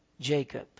Jacob